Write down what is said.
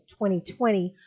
2020